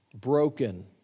Broken